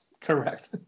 Correct